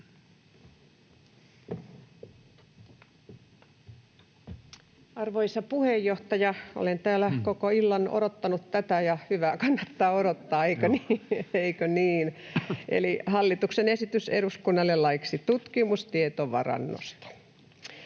Arvoisa puheenjohtaja! Olen täällä koko illan odottanut tätä, ja hyvää kannattaa odottaa, eikö niin? Eli hallituksen esitys eduskunnalle laiksi tutkimustietovarannosta.